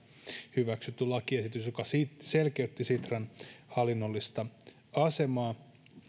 hyväksytty lakiesitys joka selkeytti sitran hallinnollista asemaa